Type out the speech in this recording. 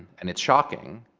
and it's shocking.